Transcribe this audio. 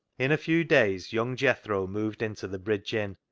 in a few days young jethro moved into the bridge inn,